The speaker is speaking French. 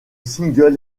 single